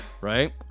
right